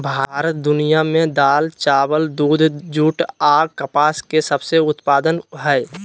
भारत दुनिया में दाल, चावल, दूध, जूट आ कपास के सबसे उत्पादन हइ